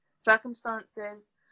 circumstances